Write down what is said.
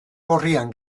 gorrian